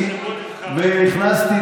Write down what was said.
הצעה מסוכנת.